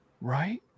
Right